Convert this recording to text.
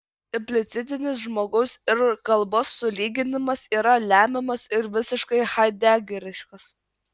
implicitinis žmogaus ir kalbos sulyginimas yra lemiamas ir visiškai haidegeriškas